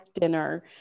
dinner